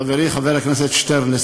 חברי חבר הכנסת שטרן,